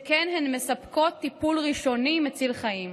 שכן הן מספקות טיפול ראשוני מציל חיים.